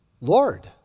Lord